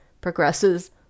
progresses